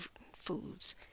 foods